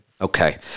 Okay